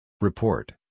Report